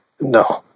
no